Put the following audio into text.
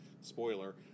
spoiler